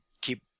keep